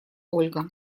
ольга